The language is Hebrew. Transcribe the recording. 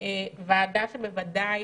וועדה שבוודאי